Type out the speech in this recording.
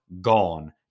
gone